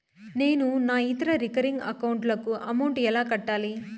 నేను నా ఇతర రికరింగ్ అకౌంట్ లకు అమౌంట్ ఎలా కట్టాలి?